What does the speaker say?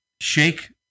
shake